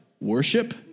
Worship